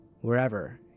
wherever